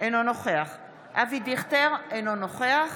אינו נוכח אבי דיכטר, אינו נוכח